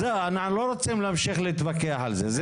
אנחנו לא רוצים להמשיך להתווכח על זה.